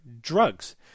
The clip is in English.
drugs